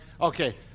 okay